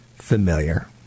Familiar